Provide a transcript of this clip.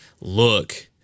look